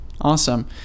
awesome